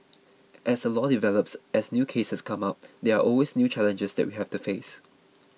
as the law develops as new cases come up there are always new challenges that we have to face